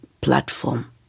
platform